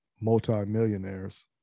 multimillionaires